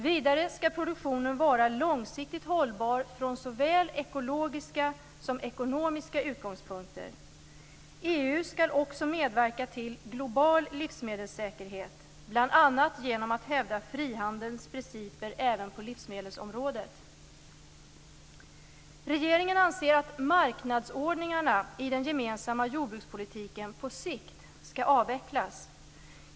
Vidare skall produktionen vara långsiktigt hållbar från såväl ekologiska som ekonomiska utgångspunkter. EU skall också medverka till global livsmedelssäkerhet, bl.a. genom att hävda frihandelns principer även på livsmedelsområdet. Regeringen anser att marknadsordningarna i den gemensamma jordbrukspolitiken på sikt skall avvecklas.